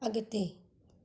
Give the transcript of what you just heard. अॻिते